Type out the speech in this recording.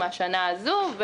הוא מהשנה הזו.